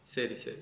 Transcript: say yourself